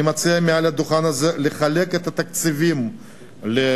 אני מציע מעל השולחן הזה לחלק את התקציבים לבתים,